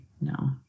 No